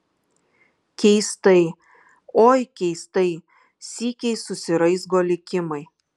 keistai oi keistai sykiais susiraizgo likimai